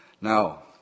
Now